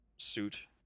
suit